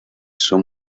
son